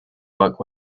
work